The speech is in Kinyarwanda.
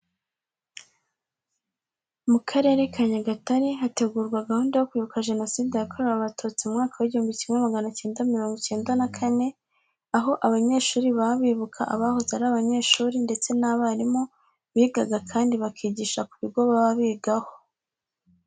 Mu Karere ka Nyagatare hategurwa gahunda yo kwibuka Jenoside yakorewe Abatutsi mu mwaka w'igihumbi kimwe magana cyenda mirongo icyenda na kane, aho abanyeshuri baba bibuka abahoze ari abanyeshuri ndetse n'abarimu bigaga kandi bakigisha ku bigo baba bigaho.